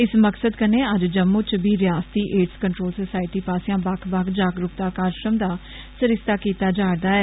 इस मकसद कन्ने अज्ज जम्मू च बी रियासती एडज़ कंट्रोल सोसाइटी पासेआ बक्ख बक्ख जागरूकता कार्यक्रमे दा सरिस्ता कीता जा'रदा ऐ